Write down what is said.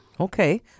Okay